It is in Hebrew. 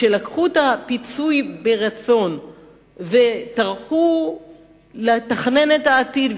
שלקחו את הפיצוי ברצון וטרחו לתכנן את העתיד,